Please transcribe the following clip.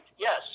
yes